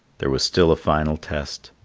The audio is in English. there was still a final test.